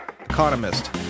economist